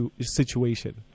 situation